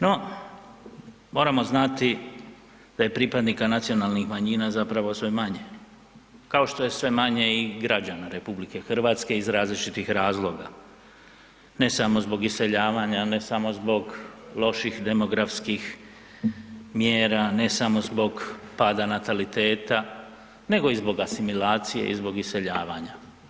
No, moramo znati da je pripadnika nacionalnih manjina zapravo sve manje kao što sve manje i građana RH iz različitih razloga, ne samo zbog iseljavanja, ne samo zbog loših demografskih mjera, ne samo zbog pada nataliteta, nego i zbog asimilacije i zbog iseljavanja.